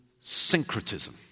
Syncretism